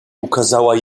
ukazała